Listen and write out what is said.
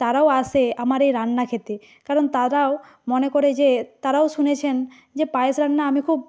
তারাও আসে আমার এ রান্না খেতে কারণ তারাও মনে করে যে তারাও শুনেছেন যে পায়েস রান্না আমি খুব